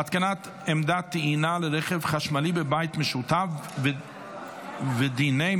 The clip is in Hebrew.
הוראת שעה, חרבות ברזל) (מצב חירום כליאתי)